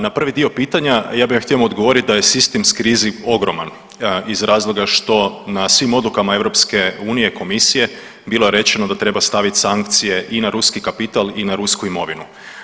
Na prvi dio pitanja ja bih vam htio odgovoriti da je sistem krizi ogroman iz razloga što na svim odlukama EU, Komisije bilo rečeno da treba staviti sankcije i na ruski kapital i na rusku imovinu.